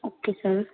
okay sir